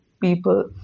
people